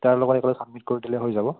তাৰ লগত এক লগে চাবমিট কৰি দিল হৈ যাব